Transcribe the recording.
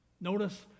Notice